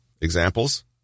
Examples